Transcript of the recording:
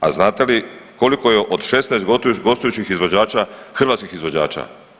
4. A znate li koliko je od 16 gostujućih izvođača hrvatskih izvođača?